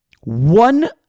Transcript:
One